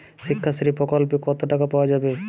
শিক্ষাশ্রী প্রকল্পে কতো টাকা পাওয়া যাবে?